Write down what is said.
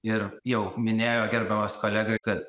ir jau minėjo gerbiamas kolega kad